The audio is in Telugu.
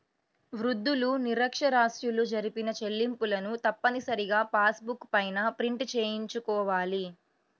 వృద్ధులు, నిరక్ష్యరాస్యులు జరిపిన చెల్లింపులను తప్పనిసరిగా పాస్ బుక్ పైన ప్రింట్ చేయించుకోవాలి